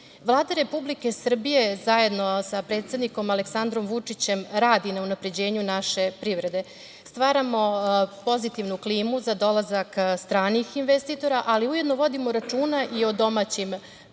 Republike Srbije, zajedno sa predsednikom Aleksandrom Vučićem radi na unapređenju naše privrede. Stvaramo pozitivnu klimu za dolazak stranih investitora, ali ujedno vodimo računa i o domaćim